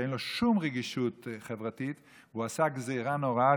שאין לו שום רגישות חברתית והוא עשה גזרה נוראה,